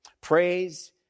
Praise